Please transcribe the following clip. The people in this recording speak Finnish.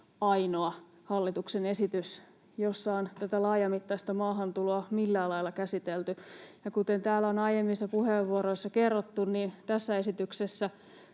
ainoa hallituksen esitys, jossa on tätä laajamittaista maahantuloa millään lailla käsitelty. Ja kuten täällä on aiemmissa puheenvuoroissa kerrottu, niin tässä esityksessä